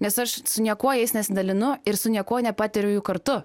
nes aš su niekuo jais nesidalinu ir su niekuo nepatiriu jų kartu